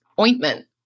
ointment